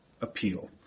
appeal